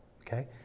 Okay